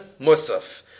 Musaf